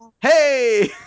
Hey